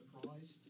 surprised